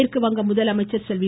மேற்குவங்க முதலமைச்சர் செல்வி